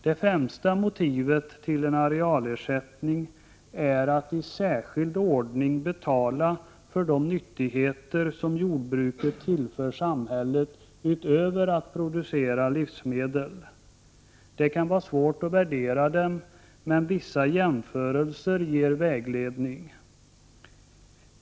Det främsta motivet till en arealersättning är att i särskild ordning betala för de nyttigheter som jordbruket tillför samhället utöver att producera livsmedel. Det kan vara svårt att värdera dem men vissa jämförelser kan ge vägledning.